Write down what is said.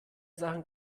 sachen